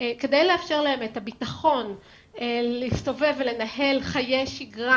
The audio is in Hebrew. כדי לאפשר להם את הביטחון להסתובב ולנהל חיי שגרה